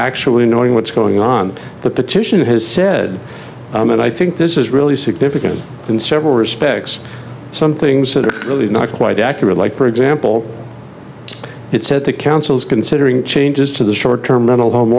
actually knowing what's going on the petition has said and i think this is really significant in several respects some things that are really not quite accurate like for example it said the council is considering changes to the short term mental home